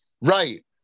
Right